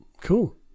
Cool